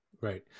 Right